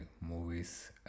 movies